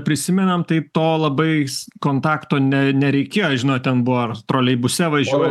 prisimenam tai to labai kontakto ne nereikėjo žinot ten buvo ar troleibuse važiuoja